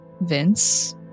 Vince